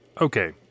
Okay